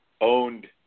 owned